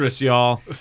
y'all